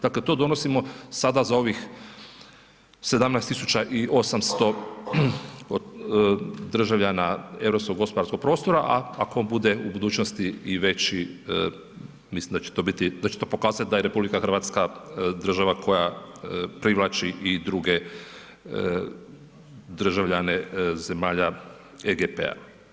Dakle, to donosimo sada za ovih 17800 državljana europskog gospodarskog prostora, a ako on bude u budućnosti i veći mislim da će to pokazati da je RH država koja privlači i druge državljane zemalja EGP-a.